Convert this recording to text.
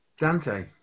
Dante